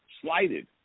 slighted